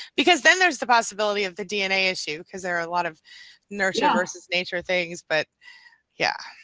because then there's the possibility of the dna issue, because there are a lot of nurture versus nature things, but yeah.